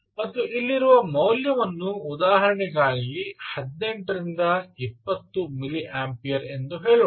ಮತ್ತು ಇಲ್ಲಿರುವ ಮೌಲ್ಯವನ್ನು ಉದಾಹರಣೆಗಾಗಿ 18 ರಿಂದ 20 ಮಿಲಿ ಆಂಪಿಯರ್ ಎಂದು ಹೇಳೋಣ